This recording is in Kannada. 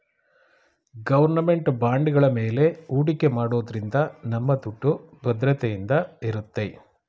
ಗೌರ್ನಮೆಂಟ್ ಬಾಂಡ್ಗಳ ಮೇಲೆ ಹೂಡಿಕೆ ಮಾಡೋದ್ರಿಂದ ನಮ್ಮ ದುಡ್ಡು ಭದ್ರತೆಯಿಂದ ಇರುತ್ತೆ